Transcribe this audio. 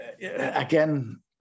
again